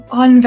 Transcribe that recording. on